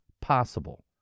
possible